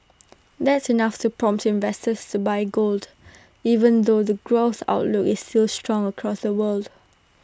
that's enough to prompt investors to buy gold even though the growth outlook is still strong across the world